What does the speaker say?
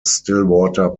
stillwater